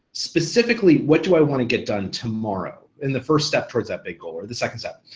specifically, what do i wanna get done tomorrow in the first step towards that big goal, or the second step,